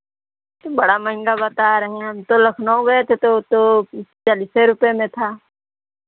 तो बड़ा महंगा बता रहे हैं हम तो लखनऊ गए थे तो तो चालिसे रुपये में था